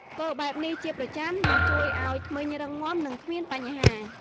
ធ្វើបែបនេះជាប្រចាំ នឹងជួយឲ្យធ្មេញរឹងមាំ និងគ្មានបញ្ហា។